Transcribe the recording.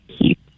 keep